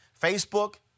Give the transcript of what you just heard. Facebook